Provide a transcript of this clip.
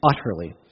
utterly